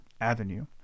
avenue